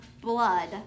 blood